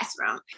classroom